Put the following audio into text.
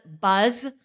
buzz